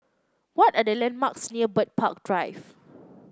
what are the landmarks near Bird Park Drive